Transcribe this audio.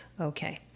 Okay